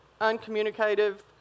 uncommunicative